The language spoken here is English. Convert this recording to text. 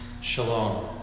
Shalom